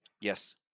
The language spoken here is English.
Yes